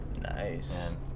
Nice